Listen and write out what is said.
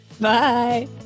Bye